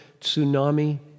tsunami